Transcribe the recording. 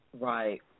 Right